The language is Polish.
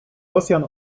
rosjan